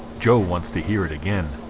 joe wants to hear it again